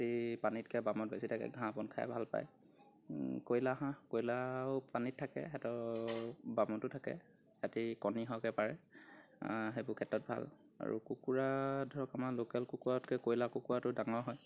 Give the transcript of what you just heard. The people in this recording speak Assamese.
সিহঁতি পানীতকৈ বামত বেছি থাকে ঘাঁহ বন খাই ভাল পায় কইলাৰ হাঁহ কইলাৰো পানীত থাকে সিহঁতৰ বামতো থাকে সিহঁতি কণী সৰহকৈ পাৰে সেইবোৰ ক্ষেত্ৰত ভাল আৰু কুকুৰা ধৰক আমাৰ লোকেল কুকুৰাতকৈ কইলাৰ কুকুৰাটো ডাঙৰ হয়